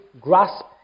grasp